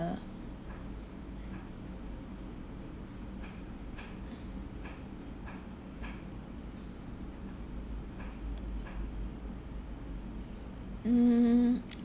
mm